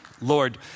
Lord